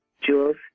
Jules